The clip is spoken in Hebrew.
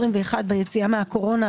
ביציאה מהקורונה,